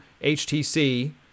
htc